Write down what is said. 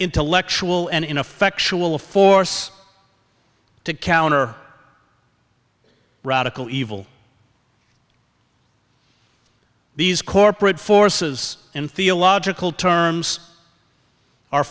intellectual and ineffectual force to counter radical evil these corporate forces in theological terms